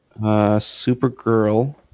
Supergirl